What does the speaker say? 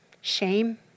Shame